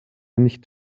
nicht